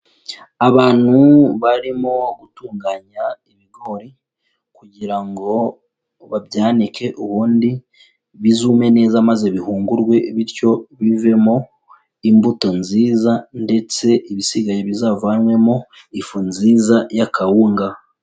Abantu barimo gutunganya ibigori kugira ngo babyanike, ubundi bizume neza maze bihungurwe bityo bivemo imbuto nziza ndetse ibisigaye bizavanywemo ifu nziza y'akawunga.